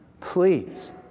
Please